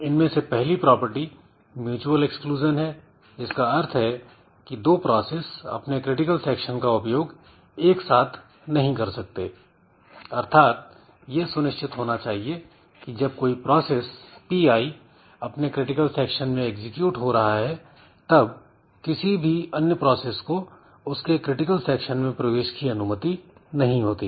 इनमें से पहली प्रॉपर्टी म्यूच्यूअल एक्सक्लूजन है जिसका अर्थ है की दो प्रोसेस अपने क्रिटिकल सेक्शन का उपयोग एक साथ नहीं कर सकते अर्थात यह सुनिश्चित होना चाहिए कि जब कोई प्रोसेस Pi अपने क्रिटिकल सेक्शन में एग्जीक्यूट हो रहा है तब किसी भी अन्य प्रोसेस को उसके क्रिटिकल सेक्शन में प्रवेश की अनुमति नहीं होती